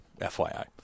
FYI